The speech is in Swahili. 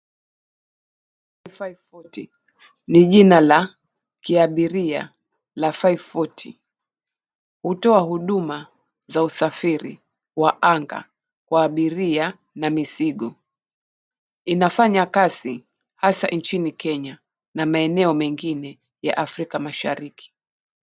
540 ni jina la kiabiria la 540. Hutoa huduma za usafiri wa anga wa abiria na mizigo. Inafanya kazi hasa nchini Kenya na maeneo mengine ya Afrika Mashariki.